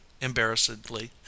embarrassedly